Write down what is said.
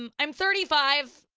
um i'm thirty five.